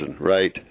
right